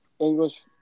English